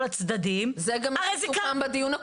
הצדדים --- זה גם מה שסוכם בדיון הקודם.